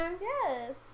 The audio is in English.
Yes